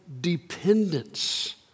dependence